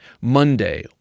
Monday